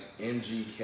MGK